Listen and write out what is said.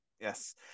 yes